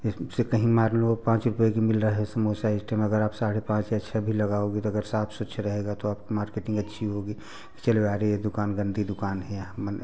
से कहीं मान लो पाँच रुपये की मिल रहा है समोसा एक टाइम अगर आप साढ़े पाँच या छः भी लगाओगे अगर साफ स्वच्छ रहेगा तो आप मार्केटिंग अच्छी होगी चलो यार ये दुकान गन्दी दुकान है यहाँ मत